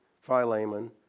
Philemon